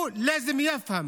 הוא (אומר דברים בשפה הערבית,